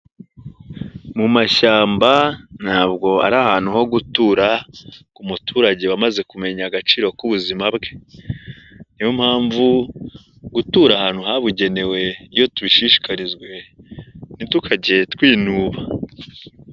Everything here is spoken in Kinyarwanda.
Mu mashyamba ntabwo ari ahantu ho gutura ku muturage wamaze kumenya agaciro k'ubuzima bwe, niyo mpamvu gutura ahantu habugenewe iyo tubishishikarijwe ntitukajye twinuba.